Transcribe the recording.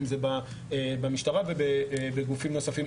במשטרה ובגופים נוספים.